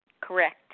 Correct